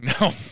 No